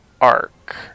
arc